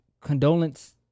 condolence